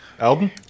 Alvin